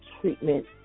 treatment